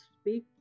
speak